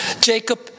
Jacob